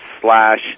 slash